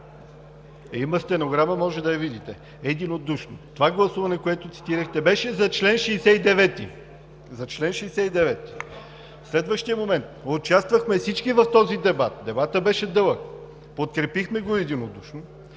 Има стенограма, може да я видите. Единодушно! Това гласуване, което цитирахте, беше за чл. 69. Следващият момент – участвахме всички в този дебат. Дебатът беше дълъг. Подкрепихме го единодушно.